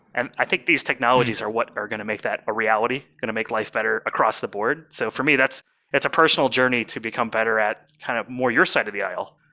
and i think these technologies are what are going to make that a reality, going to make life better across the board. so for me, that's that's a personal journey to become better at kind of more your side of the isle.